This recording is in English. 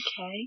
Okay